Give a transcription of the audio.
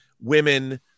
women